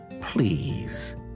please